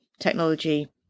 technology